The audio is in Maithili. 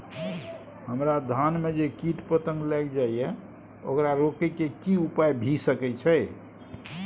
हमरा धान में जे कीट पतंग लैग जाय ये ओकरा रोके के कि उपाय भी सके छै?